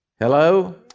hello